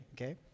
Okay